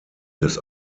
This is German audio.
des